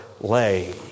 lay